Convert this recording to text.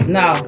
no